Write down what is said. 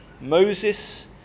Moses